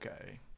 okay